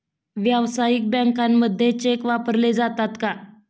व्यावसायिक बँकांमध्ये चेक वापरले जातात का?